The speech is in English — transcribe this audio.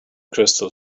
crystal